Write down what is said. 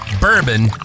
bourbon